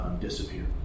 disappear